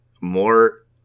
more